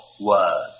word